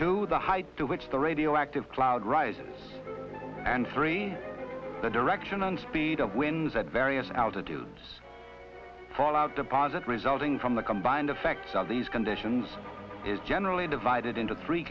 to the height to which the radioactive cloud rises and rain the direction and speed of winds at various altitudes all out deposit resulting from the combined effect of these conditions is generally divided into three